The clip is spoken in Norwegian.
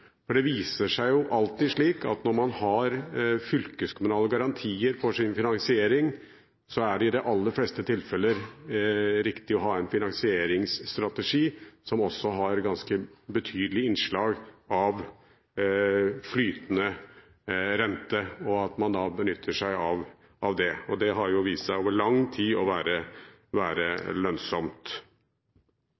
For det viser seg jo alltid å være slik at når man har fylkeskommunale garantier for sin finansiering, er det i de aller fleste tilfeller riktig å ha en finansieringsstrategi som også har ganske betydelig innslag av flytende rente og at man da benytter seg av dette. Det har jo vist seg over lang tid å være